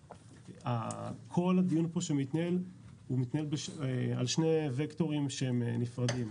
כל הדיון פה שמתנהל הוא מתנהל על שני ווקטורים שהם נפרדים,